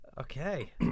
Okay